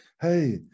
hey